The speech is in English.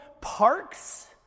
parks